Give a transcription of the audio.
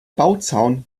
bauzaun